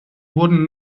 wurden